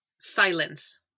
silence